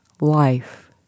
life